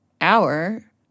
hour